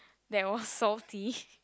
that was salty